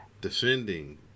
Defending